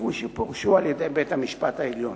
כפי שפורשו על-ידי בית-המשפט העליון.